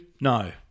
No